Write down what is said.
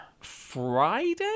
Friday